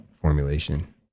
formulation